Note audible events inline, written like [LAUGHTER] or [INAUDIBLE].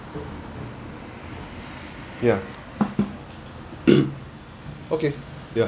ya [COUGHS] okay yup